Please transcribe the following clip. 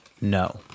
no